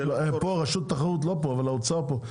רשות התחרות לא פה, אבל האוצר פה.